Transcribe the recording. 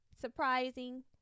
Surprising